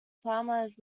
farmers